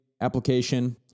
application